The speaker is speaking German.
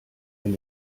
wenn